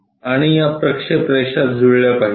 आणि या प्रक्षेप रेषा जुळल्या पाहिजेत